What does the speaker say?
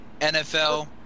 nfl